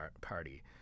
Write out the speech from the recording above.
Party